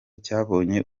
cyabonye